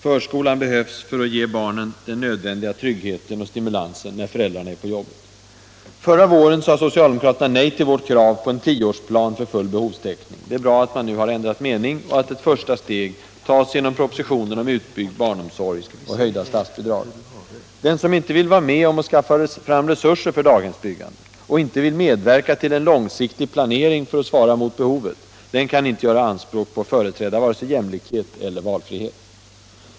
Förskolan behövs för att ge barnen den nödvändiga tryggheten och stimulansen när föräldrarna är på jobbet. Förra våren sade socialdemokraterna nej till vårt krav på en tioårsplan för full behovstäckning. Det är bra att man nu har ändrat mening och att ett första steg tas genom propositionen om utbyggd barnomsorg och höjda statsbidrag. Den som inte vill vara med om att skaffa fram resurser för daghemsbyggandet, och inte vill medverka till en långsiktig planering för att svara mot behovet, kan inte göra anspråk på att företräda vare sig jämlikhet eller valfrihet.